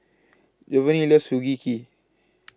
Jovany loves Sugee Cake